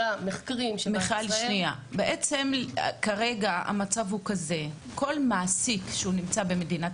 אלא מחקרים שנעשו --- למעשה כרגע המצב הוא כזה: כל מעסיק במדינת